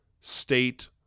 State